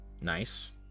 Nice